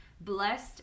blessed